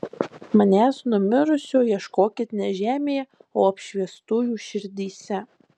manęs numirusio ieškokit ne žemėje o apšviestųjų širdyse